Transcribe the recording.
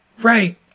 Right